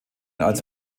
als